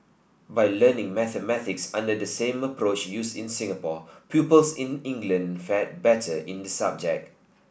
by learning mathematics under the same approach used in Singapore pupils in England fared better in the subject